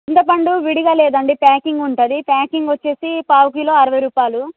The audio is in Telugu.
చింతపండు విడిగా లేదండి ప్యాకింగ్ ఉంటుంది ప్యాకింగ్ వచ్చేసి పావుకిలో అరువై రూపాయిలు